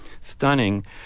stunning